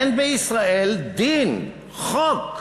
אין בישראל דין, חוק,